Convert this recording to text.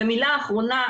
מילה אחרונה.